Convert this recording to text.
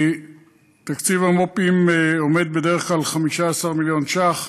תקציב המו"פים עומד בדרך כלל על 15 מיליון ש"ח.